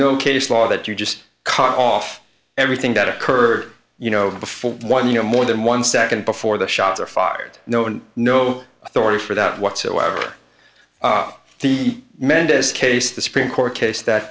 no case law that you just cut off everything that occurred you know before one you know more than one second before the shots are fired no one no authority for that whatsoever the mendez case the supreme court case that